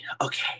okay